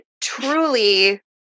truly